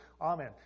Amen